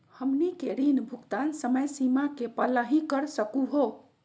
हमनी के ऋण भुगतान समय सीमा के पहलही कर सकू हो?